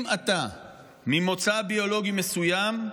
אם אתה ממוצא ביולוגי מסוים,